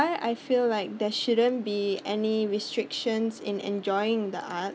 what I feel like there shouldn't be any restrictions in enjoying the art